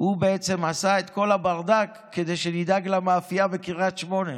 ינון אזולאי עשה את כל הברדק כדי שנדאג למאפייה בקריית שמונה,